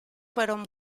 fueron